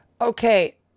Okay